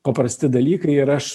paprasti dalykai ir aš